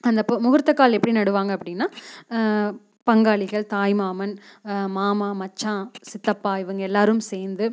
அந்த இப்போ முகூர்த்த கால் எப்படி நடுவாங்க அப்படின்னா பங்காளிகள் தாய் மாமன் மாமா மச்சான் சித்தப்பா இவங்க எல்லோரும் சேர்ந்து